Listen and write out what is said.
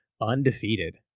undefeated